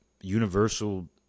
universal